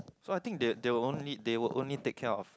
so I think they they will only they will only take care of